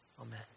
Amen